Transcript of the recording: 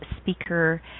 speaker